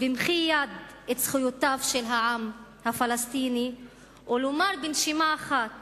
במחי יד את זכויותיו של העם הפלסטיני ולומר בנשימה אחת